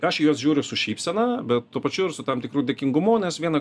aš į juos žiūriu su šypsena bet tuo pačiu ir su tam tikru dėkingumu nes viena